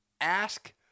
ask